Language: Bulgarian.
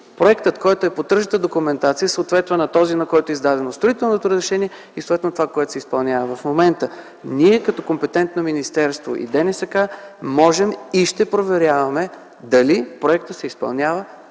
проектът, който е по тръжната документация съответства на този, на който е издадено строителното разрешение и съответно това, което се изпълнява в момента. Ние като компетентно министерство и ДНСК можем и ще проверяваме дали проектът се изпълнява